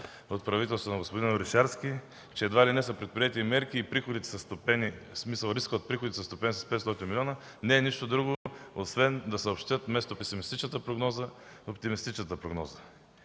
от правителството на господин Орешарски, че едва ли не са предприети мерки и рискът от приходите е стопен с 500 милиона, не е нищо друго, освен да съобщят оптимистичната